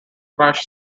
thrash